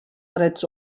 drets